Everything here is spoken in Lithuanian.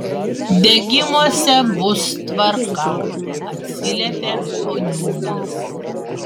degimuose bus tvarka atsiliepia oniūnas